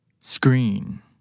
Screen